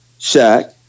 Shaq